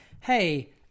hey